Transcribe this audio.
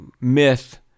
myth